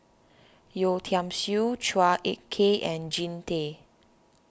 Yeo Tiam Siew Chua Ek Kay and Jean Tay